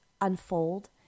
unfold